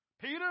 Peter